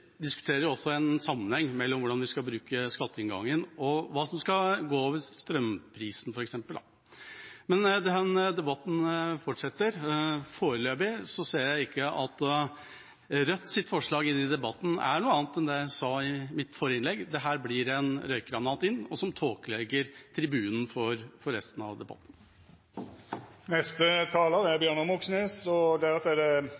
skal bruke skatteinngangen, og hva som skal gå over f.eks. strømprisen. Den debatten fortsetter. Foreløpig ser jeg ikke at Rødts forslag i debatten er noe annet enn det jeg sa i mitt forrige innlegg. Dette blir en røykgranat som tåkelegger tribunen for resten av debatten.